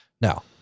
Now